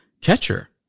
catcher